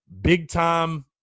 big-time